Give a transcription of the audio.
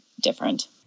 different